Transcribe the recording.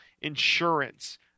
insurance